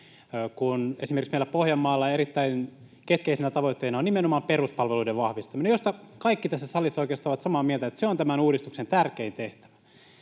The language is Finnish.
Kun esimerkiksi meillä Pohjanmaalla erittäin keskeisenä tavoitteena on nimenomaan peruspalveluiden vahvistaminen — josta kaikki tässä salissa oikeastaan ovat samaa mieltä, että se on tämän uudistuksen tärkein tehtävä